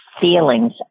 feelings